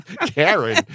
Karen